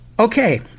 Okay